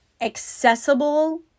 accessible